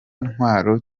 ntwaro